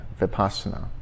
vipassana